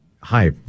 hi